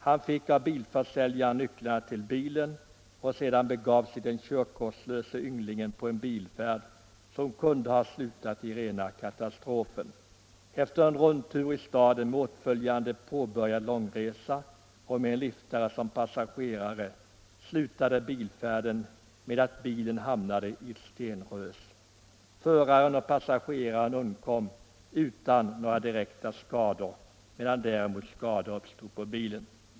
Han fick av bilförsäljaren nycklarna till bilen, och sedan begav sig den körkortslöse ynglingen på en bilfärd, som kunde ha slutat i rena katastrofen. Efter en rundtur i staden med åtföljande påbörjad långresa och med en liftare som passagerare slutade bilfärden med att bilen hamnade i ett stenrös. Föraren och passageraren undkom utan några direkta skador, medan däremot skador uppstod på bilen.